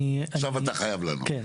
עכשיו אתה חייב לענות.